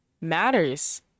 matters